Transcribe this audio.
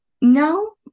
no